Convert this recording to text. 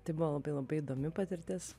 tai buvo labai labai įdomi patirtis